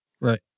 Right